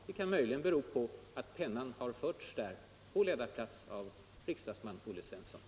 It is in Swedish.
Det kan möjligen bero på att pennan där förts av riksdagsman Olle Svensson.